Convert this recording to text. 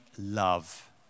love